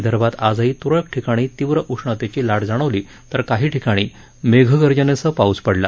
विदर्भात आजही तुरळक ठिकाणी तीव्र उष्णतेची लाट जाणवली तर काही ठिकाणी मेघगर्जनेसह पाऊस पडला